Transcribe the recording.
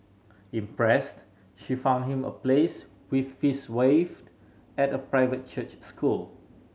impressed she found him a place with fees waived at a private church school